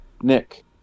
Nick